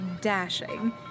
dashing